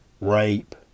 rape